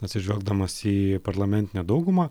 atsižvelgdamas į parlamentinę daugumą